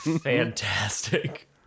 fantastic